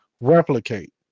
replicate